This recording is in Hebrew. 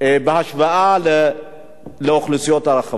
בהשוואה לאוכלוסיות הרחבות.